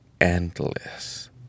endless